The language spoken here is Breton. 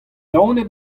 daonet